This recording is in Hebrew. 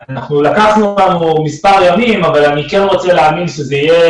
לקחנו לנו מספר ימים אבל אני כן רוצה להאמין שזה יהיה